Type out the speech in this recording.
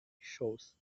shores